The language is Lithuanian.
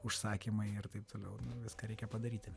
užsakymai ir taip toliau viską reikia padaryti